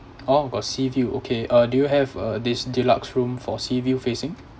orh got sea view okay uh do you have uh this deluxe room for sea view facing